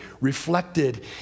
reflected